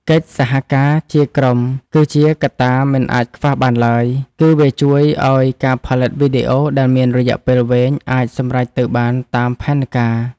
កិច្ចសហការជាក្រុមគឺជាកត្តាមិនអាចខ្វះបានឡើយ គឺ វាជួយឱ្យការផលិតវីដេអូដែលមានរយៈពេលវែងអាចសម្រេចទៅបានតាមផែនការ។